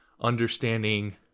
understanding